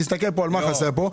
תסתכל מה חסר פה,